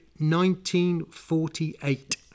1948